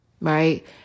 right